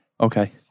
Okay